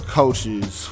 coaches